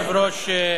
אדוני היושב-ראש,